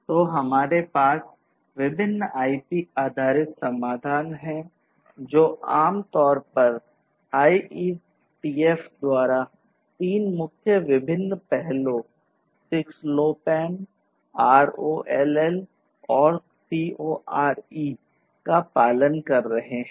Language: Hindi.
तो हमारे पास विभिन्न आईपी आधारित समाधान है जो आम तौर पर IETF द्वारा 3 मुख्य विभिन्न पहलों 6LoWPAN रोल और CoRE का पालन कर रहे हैं